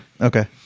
Okay